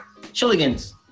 Chilligans